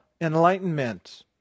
enlightenment